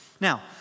Now